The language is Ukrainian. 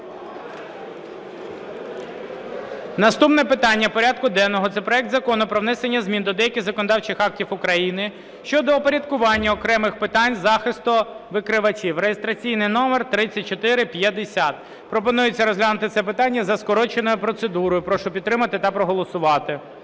Наступне питання порядку денного – це проект Закону про внесення змін до деяких законодавчих актів України щодо упорядкування окремих питань захисту викривачів (реєстраційний номер 3450). Пропонується розглянути це питання за скороченою процедурою. Прошу підтримати та проголосувати.